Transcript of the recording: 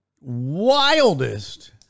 wildest